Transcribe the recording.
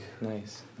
nice